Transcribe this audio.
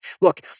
look